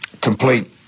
complete